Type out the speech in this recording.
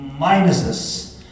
minuses